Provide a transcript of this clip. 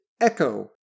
echo